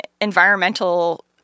environmental